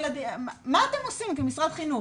מה אתם עושים כמשרד חינוך?